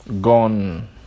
gone